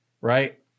right